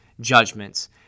judgments